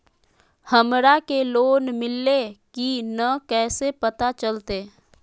हमरा के लोन मिल्ले की न कैसे पता चलते?